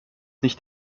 nicht